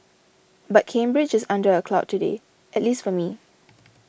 but Cambridge is under a cloud today at least for me